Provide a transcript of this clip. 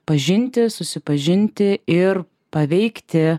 pažinti susipažinti ir paveikti